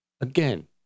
Again